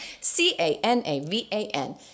C-A-N-A-V-A-N